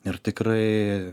ir tikrai